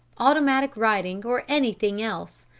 automatic writing, or anything else.